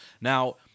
Now